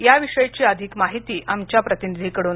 या विषयीची अधिक माहिती आमच्या प्रतिनिधीकडून